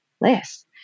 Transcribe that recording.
less